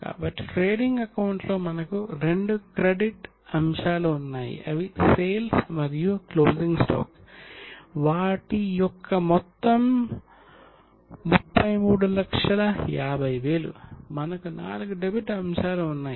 కాబట్టి trading account లో మనకు రెండు క్రెడిట్ అంశాలు ఉన్నాయి అవి సేల్స్ ఉన్నాయి